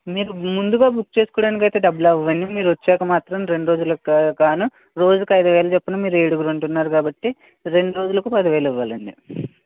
మీకు ముందుగా బుక్ చేసుకోవడానికి అయితే డబ్బులు అవ్వవు అండి మీరు వచ్చాక మాత్రం రెండు రోజులు గా గాను రోజుకి ఐదు వేలు చొప్పున మీరు ఏడుగురు ఉంటున్నారు కాబట్టి రెండు రోజులుకి పదివేలు ఇవ్వాలండి